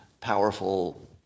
powerful